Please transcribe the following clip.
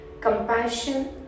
compassion